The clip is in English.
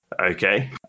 okay